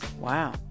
Wow